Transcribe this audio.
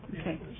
Okay